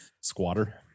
squatter